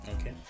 Okay